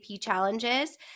challenges